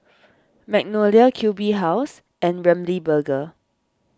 Magnolia Q B House and Ramly Burger